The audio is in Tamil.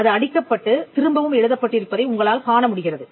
அது அடிக்கப்பட்டுத் திரும்பவும் எழுதப்பட்டிருப்பதை உங்களால் காணமுடிகிறது